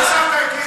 אני דיברתי על,